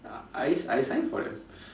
I I signed for them